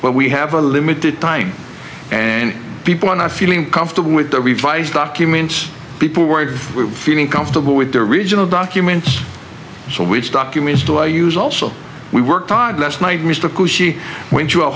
but we have a limited time and people are not feeling comfortable with the revised document people were feeling comfortable with their original document so which documents do i use also we worked on it last night mr coo she went through a